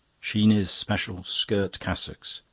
sheeny's special skirt cassocks.